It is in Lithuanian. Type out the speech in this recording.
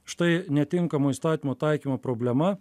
štai netinkamo įstatymo taikymo problema